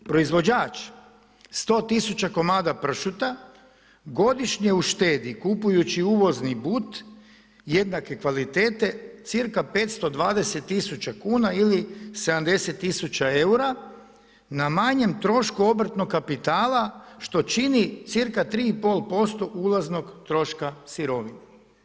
Proizvođač 100 tisuća komada pršuta godišnje uštedi kupujući uvozni but jednake kvalitete cca 520 tisuća kuna ili 70 tisuća eura na manjem trošku obrtnog kapitala, što čini cca 3,5% ulaznog troška sirovine.